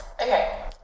Okay